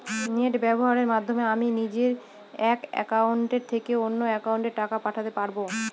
Net ব্যবহারের মাধ্যমে আমি নিজে এক অ্যাকাউন্টের থেকে অন্য অ্যাকাউন্টে টাকা পাঠাতে পারব?